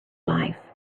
life